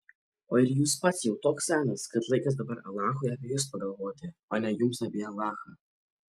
o ir jūs pats jau toks senas kad laikas dabar alachui apie jus pagalvoti o ne jums apie alachą